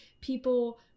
People